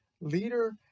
leader